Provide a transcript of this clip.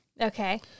Okay